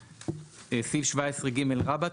סעיף 17 (ג) רבה,